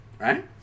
Right